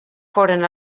foren